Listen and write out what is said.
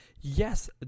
yes